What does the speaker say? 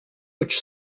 which